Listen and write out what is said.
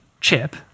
chip